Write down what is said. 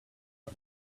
and